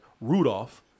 Rudolph